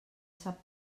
sap